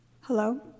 Hello